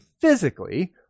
physically